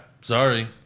Sorry